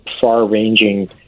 far-ranging